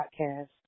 podcast